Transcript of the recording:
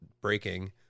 breaking